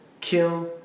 kill